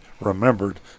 remembered